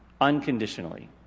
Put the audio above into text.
unconditionally